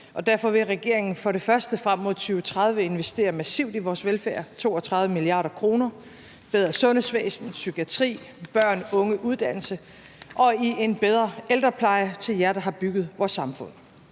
Derfor vil regeringen for det første frem mod 2030 investere massivt i vores velfærd – 32 mia. kr – til et bedre sundhedsvæsen, psykiatri, børn og unge, uddannelse og en bedre ældrepleje til jer, der har bygget vores samfund.